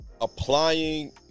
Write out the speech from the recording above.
Applying